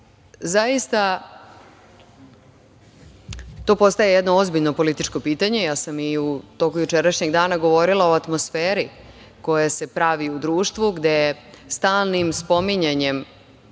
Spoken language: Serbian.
zaista to postaje jedno ozbiljno političko pitanje. Ja sam i tokom jučerašnjeg dana govorila o atmosferi koja se pravi u društvu, gde stalnim spominjanjem